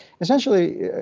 essentially